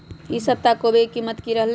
ई सप्ताह कोवी के कीमत की रहलै?